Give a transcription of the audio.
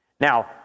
Now